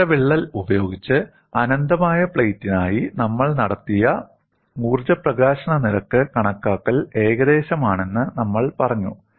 കേന്ദ്ര വിള്ളൽ ഉപയോഗിച്ച് അനന്തമായ പ്ലേറ്റിനായി നമ്മൾ നടത്തിയ ഊർജ്ജ പ്രകാശന നിരക്ക് കണക്കാക്കൽ ഏകദേശമാണെന്ന് നമ്മൾ പറഞ്ഞു